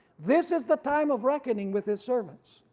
this is the time of reckoning with his servants.